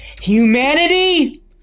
Humanity